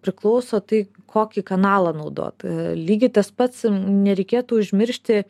priklauso tai kokį kanalą naudot lygiai tas pats nereikėtų užmiršti